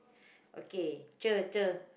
okay cher cher